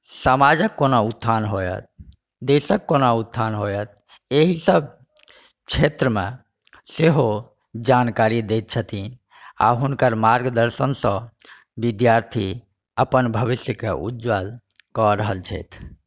समाजके कोना उत्थान होएत देशके कोना उत्थान होएत एहिसब क्षेत्रमे सेहो जानकारी दैत छथिन आओर हुनकर मार्गदर्शनसँ विद्यार्थी अपन भविष्यके उज्ज्वल कऽ रहल छथि